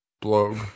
blog